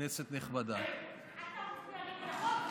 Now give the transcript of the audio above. כנסת נכבדה, אתה מצביע נגד החוק?